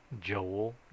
Joel